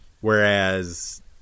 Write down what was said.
whereas